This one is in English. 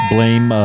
Blame